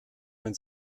man